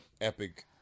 epic